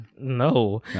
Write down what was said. no